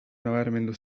nabarmendu